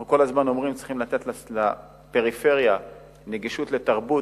אנחנו כל הזמן אומרים שצריכים לתת לפריפריה נגישות לתרבות,